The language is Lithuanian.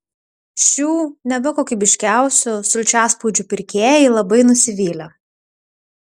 šių neva kokybiškiausių sulčiaspaudžių pirkėjai labai nusivylę